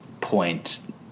point